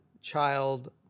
child